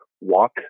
walk